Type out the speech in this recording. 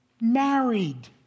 married